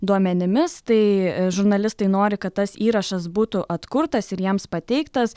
duomenimis tai žurnalistai nori kad tas įrašas būtų atkurtas ir jiems pateiktas